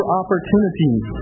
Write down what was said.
opportunities